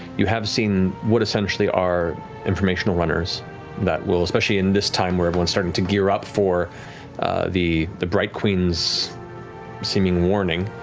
you have seen what essentially are informational runners that will, especially in this time, where everyone's starting to gear up for the the bright queen's seeming warning,